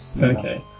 Okay